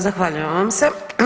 Zahvaljujem vam se.